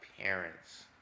parents